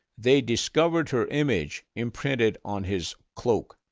they discovered her image imprinted on his cloak.